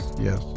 yes